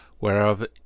whereof